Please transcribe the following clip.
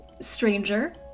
stranger